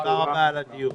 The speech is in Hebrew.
תודה רבה על הדיון.